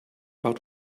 about